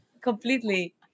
Completely